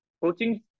coaching